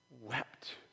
wept